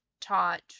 taught